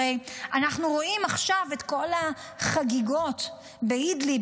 הרי אנחנו רואים עכשיו את כל החגיגות באידליב,